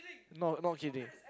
not not kidding